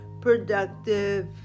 productive